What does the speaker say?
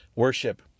worship